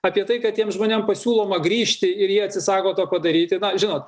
apie tai kad tiem žmonėm pasiūloma grįžti ir jie atsisako to daryti na žino